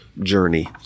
journey